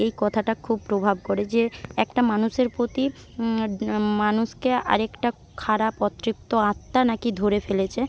এই কথাটা খুব প্রভাব করে যে একটা মানুষের প্রতি মানুষকে আরেকটা খারাপ অতৃপ্ত আত্মা নাকি ধরে ফেলেছে